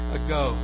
ago